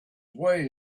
way